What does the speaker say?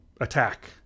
attack